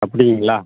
அப்படிங்களா